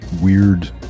weird